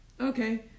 okay